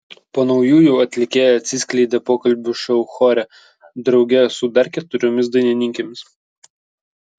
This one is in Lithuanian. po naujųjų atlikėja atsiskleidė pokalbių šou chore drauge su dar keturiomis dainininkėmis